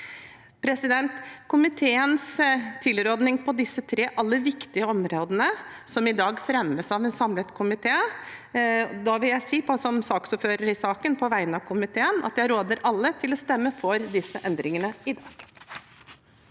komiteens tilråding på disse tre – alle viktige – områdene, som fremmes av en samlet komité, vil jeg som ordfører for saken, på vegne av komiteen, si at jeg råder alle til å stemme for disse endringene i dag.